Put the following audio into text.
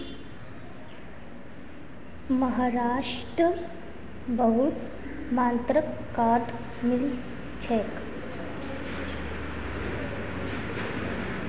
महाराष्ट्रत बहुत मात्रात कॉटन मिल छेक